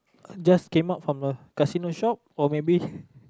just came out from a casino shop or maybe